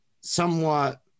somewhat